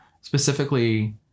specifically